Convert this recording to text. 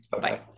Bye